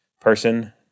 person